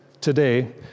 today